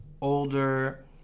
older